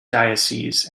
dioceses